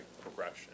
progression